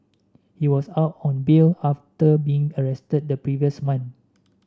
he was out on bail after being arrested the previous month